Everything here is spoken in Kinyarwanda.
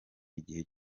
igihe